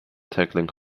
tackling